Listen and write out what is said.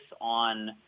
on